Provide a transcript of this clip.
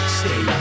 stay